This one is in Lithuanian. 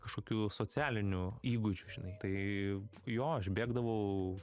kažkokių socialinių įgūdžių žinai tai jo aš bėgdavau